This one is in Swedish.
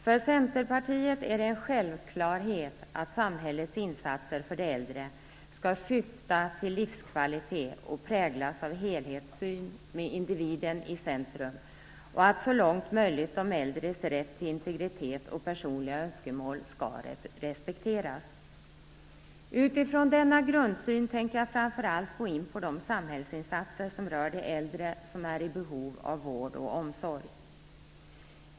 För Centerpartiet är det en självklarhet att samhällets insatser för de äldre skall syfta till livskvalitet och präglas av helhetssyn med individen i centrum samt att så långt möjligt de äldres rätt till integritet och personliga önskemål skall respekteras. Utifrån denna grundsyn tänker jag framför allt gå in på de samhällsinsatser som rör de äldre som är i behov av vård och omsorg.